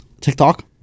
TikTok